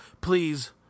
Please